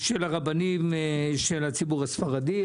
של הרבנים של הציבור הספרדי,